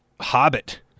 Hobbit